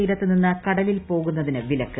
തീരത്ത് നിന്ന് കടലിൽ പോകുന്നതിന് വിലക്ക്